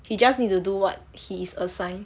he just need to do what he is assigned